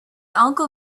uncle